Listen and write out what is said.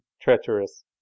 treacherous